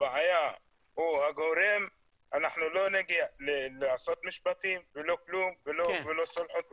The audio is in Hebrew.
הבעיה או את הגורם אנחנו לא נגיע לעשות משפטים ולא כלום ולא סולחות,